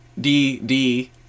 D-D